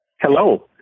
Hello